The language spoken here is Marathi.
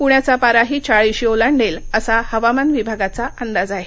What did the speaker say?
पृण्याचा पाराही चाळीशी ओलांडेल असा हवामान विभागाचा अंदाज आहे